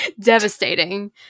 Devastating